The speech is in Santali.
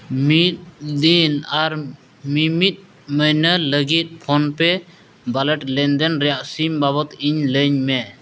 ᱢᱤᱫ ᱫᱤᱱ ᱟᱨ ᱢᱤᱢᱤᱫ ᱢᱟᱹᱦᱱᱟᱹ ᱞᱟᱹᱜᱤᱫ ᱯᱷᱳᱱ ᱯᱮᱹ ᱚᱣᱟᱞᱮᱴ ᱞᱮᱱᱫᱮᱱ ᱨᱮᱭᱟᱜ ᱥᱤᱢ ᱵᱟᱵᱚᱫᱽ ᱤᱧ ᱞᱟᱹᱭᱟᱹᱧ ᱢᱮ